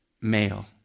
Male